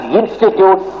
institute